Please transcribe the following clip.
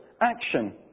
action